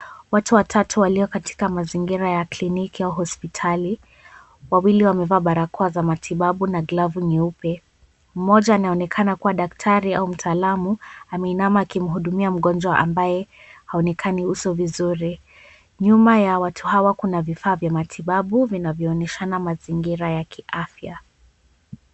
Watu watatu walio katika mazingira ya clinic ya hospitali, wawili wamevaa barakoa za matibabu na glove nyeupe, mmoja anaonekana kuwa daktari au mtaalamu ameinama akimhudumia mgonjwa ambaye haonekani uso vizuri, nyuma ya watu hawa kuna vifaa za kimatibabu zinazoonyeshana mazingira ya kiafya.